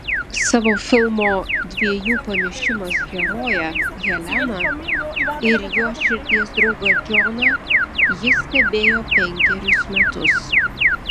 savo filmo dviejų pamišimas heroję heleną ir jos širdies draugą džoną ji stebėjo penkerius metus